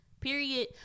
period